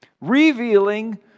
revealing